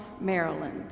Maryland